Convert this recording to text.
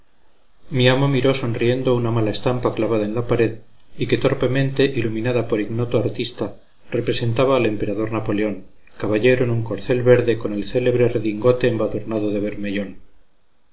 mi amo miró sonriendo una mala estampa clavada en la pared y que torpemente iluminada por ignoto artista representaba al emperador napoleón caballero en un corcel verde con el célebre redingote embadurnado de bermellón